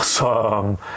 awesome